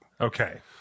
Okay